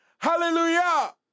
Hallelujah